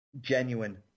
Genuine